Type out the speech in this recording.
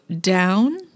down